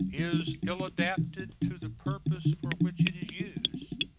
is ill adapted to the purpose for which it is used,